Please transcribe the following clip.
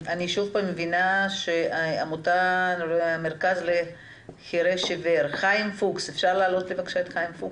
מעמותת המרכז לחירש-עיוור, חיים פוקס, בבקשה.